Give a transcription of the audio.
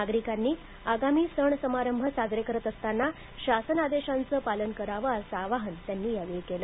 नागरिकांनी आगामी सण समारंभ साजरे करत असताना शासन आदेशाचं पालन करण्यात यावं असं आवाहन त्यांनी केल